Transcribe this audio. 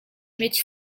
mieć